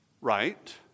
Right